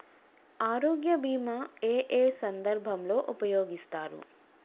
ఆరోగ్య బీమా ఏ ఏ సందర్భంలో ఉపయోగిస్తారు?